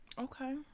Okay